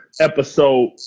episode